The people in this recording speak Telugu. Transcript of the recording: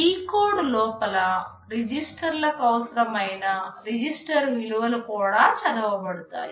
డీకోడ్ లోపలరిజిస్టర్ లకు అవసరమైన రిజిస్టర్ విలువలు కూడా చదవబడతాయి